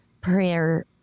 prayer